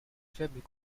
faibles